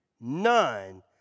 none